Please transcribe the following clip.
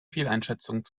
fehleinschätzung